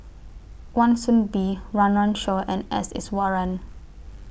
Wan Soon Bee Run Run Shaw and S Iswaran